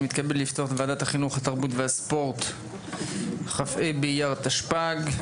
היום יום שלישי, כ"ה באייר התשפ"ג,